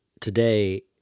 today